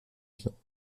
viande